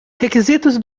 requisitos